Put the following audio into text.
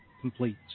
complete